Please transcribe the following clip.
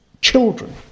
children